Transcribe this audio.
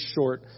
short